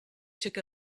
took